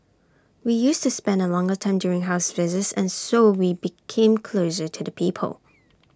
we used to spend A longer time during house visits and so we became closest to the people